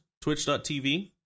Twitch.tv